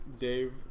Dave